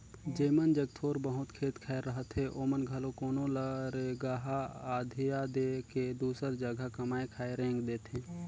जेमन जग थोर बहुत खेत खाएर रहथे ओमन घलो कोनो ल रेगहा अधिया दे के दूसर जगहा कमाए खाए रेंग देथे